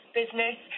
business